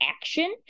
action